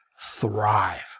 thrive